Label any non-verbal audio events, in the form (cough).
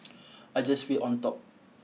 (noise) I just feel on top